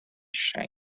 shank